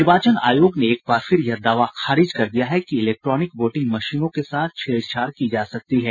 निर्वाचन आयोग ने एक बार फिर यह दावा खारिज कर दिया है कि इलेक्ट्रॉनिक वोटिंग मशीनों के साथ छेड़छाड़ की जा सकती है